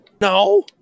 No